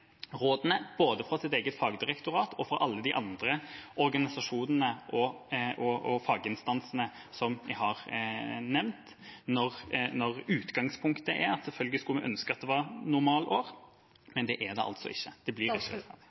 rådene, både fra sitt eget fagdirektorat og fra alle de andre organisasjonene og faginstansene som jeg har nevnt, når utgangspunktet er at vi selvfølgelig skulle ønske at det var et normalår, men det er det altså ikke?